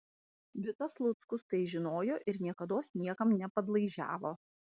vitas luckus tai žinojo ir niekados niekam nepadlaižiavo